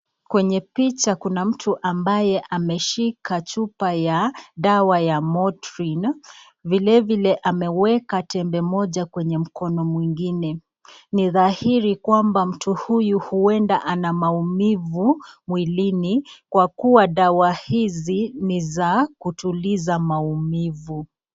Kwenye picha kuna mtu ambaye ameshika chupa ya dawa ya Montrin, vile vile ameweka tembe moja kwenye mkono mwingine . Ni dhahiri kwamba mtu huyu huenda ana maumivu mwilini kwa kua dawa hizi ni za kutuliza maumivu.